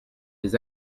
des